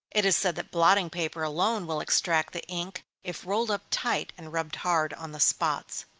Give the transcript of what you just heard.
it is said that blotting paper alone will extract the ink, if rolled up tight, and rubbed hard on the spots.